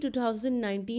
2019